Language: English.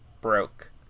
broke